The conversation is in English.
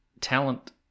talent